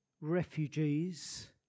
refugees